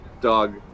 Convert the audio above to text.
dog